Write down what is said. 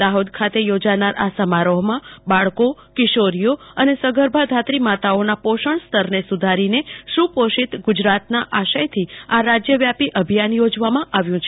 દાહોદ ખાતે યોજાનાર આ સમારોહમાં બાળકો કિશોરીઓ અને સગર્ભા ધાત્રી માતાઓના પોષણસ્તરને સુધારીને સુપોષિત ગુજરાતના આશયથી આ રાજ્યવ્યાપી અભિયાન યોજવામાં આવ્યું છે